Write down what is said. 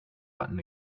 button